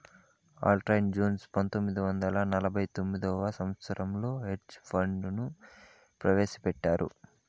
Alfred Jones పంతొమ్మిది వందల నలభై తొమ్మిదవ సంవచ్చరంలో హెడ్జ్ ఫండ్ ను ప్రవేశపెట్టారు